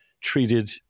treated